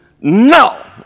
No